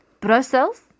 Brussels